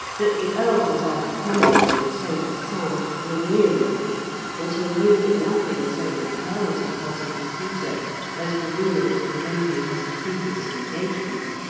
that the earl was either coming, or would send his son, he knew and he knew that nothing so repels a possible suitor as the rumour that the lady has a previous engagement.